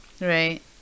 Right